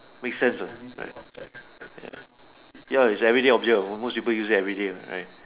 make sense ah right ya ya is everyday object almost people use it every day right